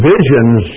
Visions